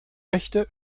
echte